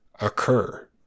occur